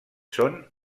són